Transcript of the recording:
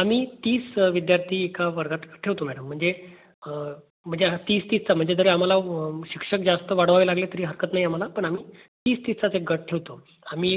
आम्ही तीस विद्यार्थी एका वर्गात ठेवतो मॅडम म्हणजे म्हणजे ह तीस तीसचा म्हणजे जरी आम्हाला शिक्षक जास्त वाढवावे लागले तरी हरकत नाही आम्हाला पण आम्ही तीस तीसचाच एक गट ठेवतो आम्ही